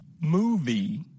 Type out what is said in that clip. Movie